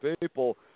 people